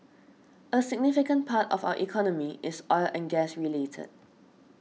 a significant part of our economy is oil and gas related